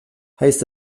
heißt